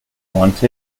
want